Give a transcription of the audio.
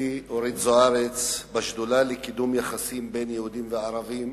זוארץ בשדולה לקידום יחסי יהודים וערבים,